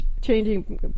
changing